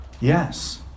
Yes